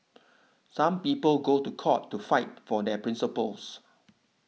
some people go to court to fight for their principles